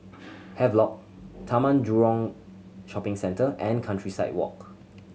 Havelock Taman Jurong Shopping Centre and Countryside Walk